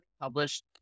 Published